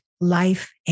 life